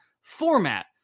format